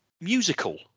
musical